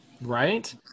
Right